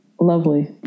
lovely